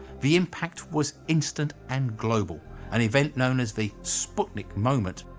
the impact was instant and global an event known as the sputnik moment.